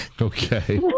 Okay